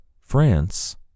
France